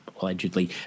allegedly